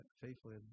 faithfully